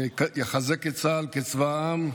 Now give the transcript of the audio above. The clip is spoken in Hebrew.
שיחזק את צה"ל כצבא העם,